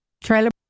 trailer